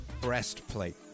breastplate